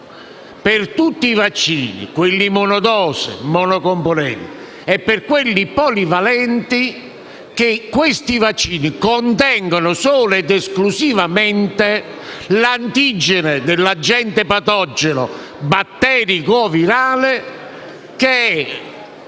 per tutti i vaccini, sia per quelli monodose e monocomponente che per quelli polivalenti, che contengano solo ed esclusivamente l'antigene dell'agente patogeno batterico virale che